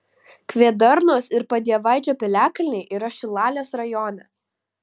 kvėdarnos ir padievaičio piliakalniai yra šilalės rajone